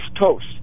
toast